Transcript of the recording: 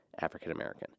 African-American